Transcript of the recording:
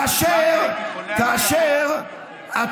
כי זה לא קיים, כי זה לא קיים.